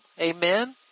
Amen